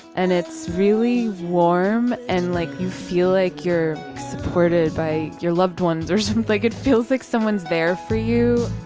and it's really warm and like you feel like you're supported by your loved ones there's like it feels like someone's there for you.